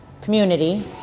community